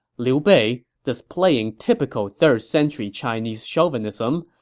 liu bei, displaying typical third-century chinese chauvinism,